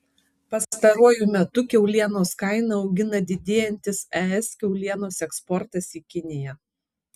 pastaruoju metu kiaulienos kainą augina didėjantis es kiaulienos eksportas į kiniją